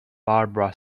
barbara